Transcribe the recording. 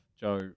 Joe